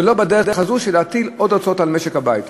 ולא בדרך הזו של להטיל עוד הוצאות על משק הבית.